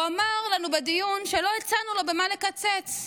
הוא אמר לנו בדיון שלא הצענו לו במה לקצץ,